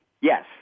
Yes